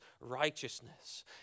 righteousness